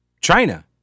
China